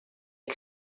que